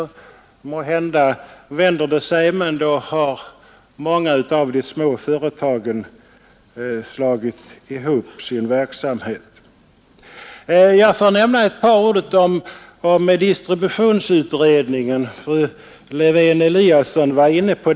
Utvecklingen där vänder sig kanske, men då har redan många av de små företagen lagt ned sin verksamhet. Sedan skall jag också säga någonting om distributionsutredningen, som fru Lewén-Eliasson också berörde.